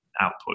output